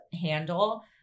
handle